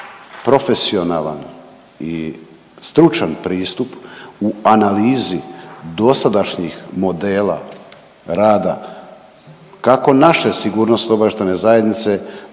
profesionalan i stručan pristup u analizi dosadašnjih modela rada kako naše Sigurnosno-obavještajne zajednice,